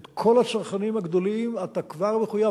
את כל הצרכנים הגדולים אתה כבר מחויב,